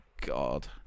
God